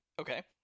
Okay